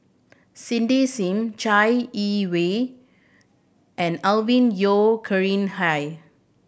Cindy Sim Chai Yee Wei and Alvin Yeo Khirn Hai